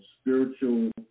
spiritual